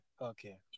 okay